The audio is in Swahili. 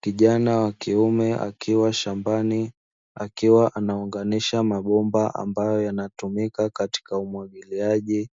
Kijana wa kiume akiwa shambani akiwa anaunganisha mabomba ambayo yanatumika katika umwagiliaji